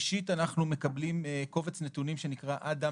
אנחנו מקבלים קובץ נתונים שנקרא "אדם",